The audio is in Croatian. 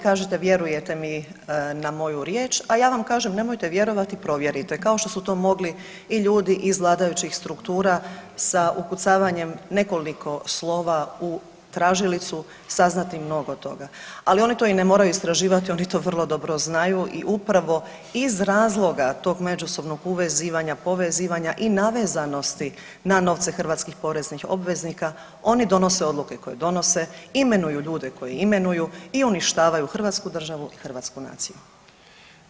Kažete vjerujete mi na moju riječ, a ja vam kažem nemojte vjerovati provjerite kao što su to mogli i ljudi iz vladajućih struktura sa ukucavanjem nekoliko slova u tražilicu saznati mnogo toga, ali oni to i ne moraju istraživati oni to vrlo dobro znaju i upravo iz razloga tog međusobnog uvezivanja, povezivanja i navezanosti na novce hrvatskih poreznih obveznika oni donose odluke koje donose, imenuju ljude koje imenuju i uništavaju Hrvatsku državu i hrvatsku naciju.